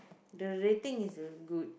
the rating is very good